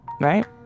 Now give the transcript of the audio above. right